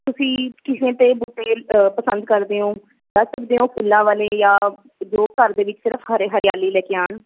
ਤੁਸੀਂ ਕਿਵੇਂ ਦੇ ਬੂਟੇ ਪਸੰਦ ਕਰਦੇ ਹੋ ਦੱਸ ਸਕਦੇ ਹੋ ਫੁੱਲਾਂ ਵਾਲੇ ਜਾਂ ਜੋ ਘਰ ਦੇ ਵਿੱਚ ਸਿਰਫ ਹਰੇ ਹਰਿਆਲੀ ਲੈ ਕੇ ਆਉਣ